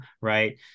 right